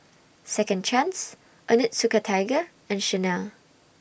Second Chance Onitsuka Tiger and Chanel